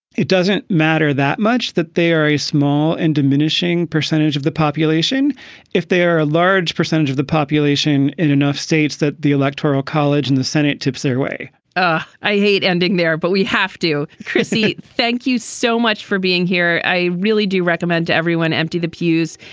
it doesn't matter that much that they are a small and diminishing percentage of the population if they are a large percentage of the population in enough states that the electoral college. and the senate tips their way ah i hate ending there, but we have to. chrissy, thank you so much for being here. i really do recommend to everyone empty the pews.